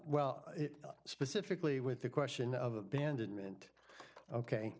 well specifically with the question of abandonment ok